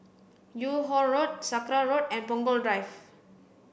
Yung Ho Road Sakra Road and Punggol Drive